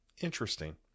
interesting